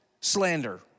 slander